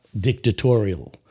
dictatorial